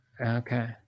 okay